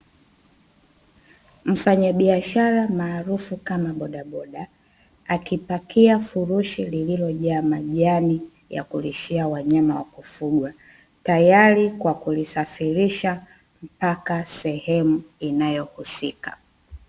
Mfanyabiashara maarufu kama bodaboda, akipakia furushi lililojaa majani ya kulishia wanyama wa kufugwa, tayari kwa kulisafirisha mpaka sehemu inayohusika.